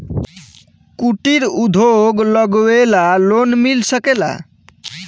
कुटिर उद्योग लगवेला लोन मिल सकेला?